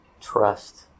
trust